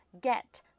Get